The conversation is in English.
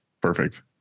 Perfect